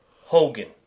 Hogan